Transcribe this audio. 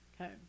Okay